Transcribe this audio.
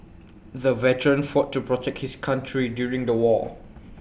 the veteran fought to protect his country during the war